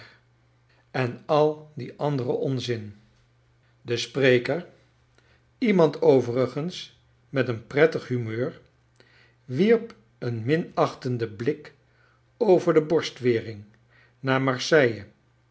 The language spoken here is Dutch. en al dien anderen onzin be spreker iemand overigens met een prettig humeur wierp een minachtenden blik over de borstwering naar marseille